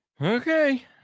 Okay